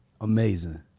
Amazing